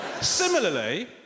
Similarly